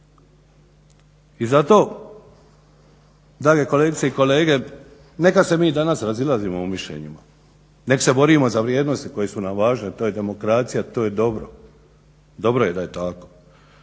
I zato drage kolegice i kolege neka se mi danas razilazimo u mišljenjima, neka se borimo za vrijednosti koje su nam važne, to je demokracija. To je dobro, dobro je da je tako.